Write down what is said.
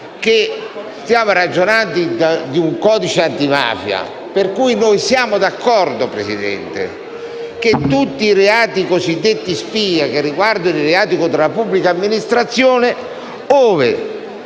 che stiamo ragionando di un codice antimafia. Per cui noi siamo d'accordo, signor Presidente, che per tutti reati cosiddetti spia, che riguardano i reati contro la pubblica amministrazione, ove